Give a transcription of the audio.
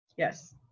Yes